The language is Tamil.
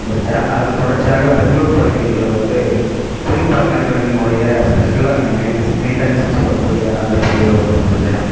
முடித்தேன் அதன் தொடர்ச்சியாக பெங்களூர் பகுதிகளில் வந்து குளிர் பதன கிடங்கினுடைய ஸ்பெஷல் அன் மெய்னஸ் மெய்ன்டனென்ஸ்சுனு சொல்ல கூடிய அந்த பிரிவை வந்து முடித்தேன்